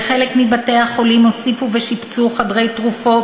בחלק מבתי-החולים הוסיפו ושיפצו חדרי תרופות,